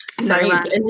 Sorry